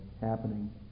happening